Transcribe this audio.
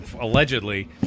allegedly